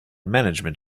management